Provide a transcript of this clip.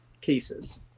cases